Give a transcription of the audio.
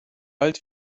alt